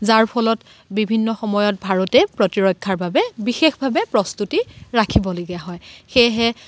যাৰ ফলত বিভিন্ন সময়ত ভাৰতে প্ৰতিৰক্ষাৰ বাবে বিশেষভাৱে প্ৰস্তুতি ৰাখিবলগীয়া হয় সেয়েহে